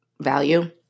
value